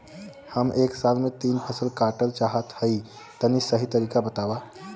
हम एक साल में तीन फसल काटल चाहत हइं तनि सही तरीका बतावा?